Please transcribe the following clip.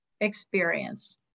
experience